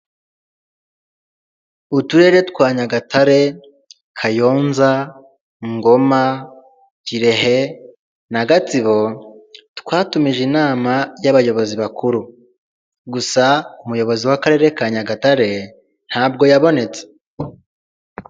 Uturere twa Nyagatare, Kayonza, Ngoma, Kirehe na Gatsibo twatumije inama y'abayobozi bakuru, gusa umuyobozi w'akarere ka Nyagatare ntabwo yabonetse.